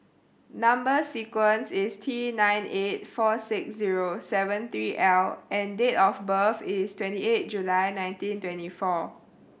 number sequence is T nine eight four six zero seven three L and date of birth is twenty eight July nineteen twenty four